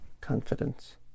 confidence